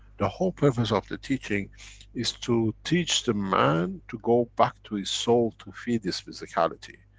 the whole purpose of the teaching is to teach the man to go back to his soul to feed this physicality.